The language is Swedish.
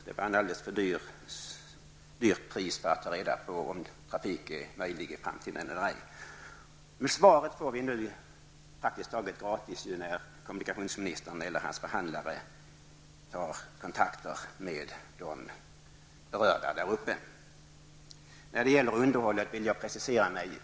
Det är ett alldeles för högt pris för att ta reda på om trafik är möjlig i framtiden eller ej. Men svaret får vi nu praktiskt taget gratis när kommunikationsministern eller hans förhandlare tar kontakt med de berörda där uppe. När det gäller underhållet vill jag precisera mig.